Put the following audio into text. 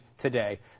Today